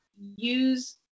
use